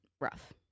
rough